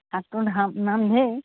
শাকটো ধা নাম ধেৰ